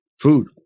food